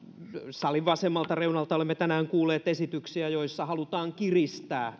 salin vasemmalta reunalta olemme tänään kuulleet esityksiä joissa halutaan kiristää